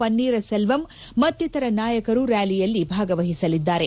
ಪನ್ನೀರ್ ಸೆಲ್ವಂ ಮತ್ತಿತರ ನಾಯಕರು ರ್ಯಾಲಿಯಲ್ಲಿ ಭಾಗವಹಿಸಲಿದ್ದಾರೆ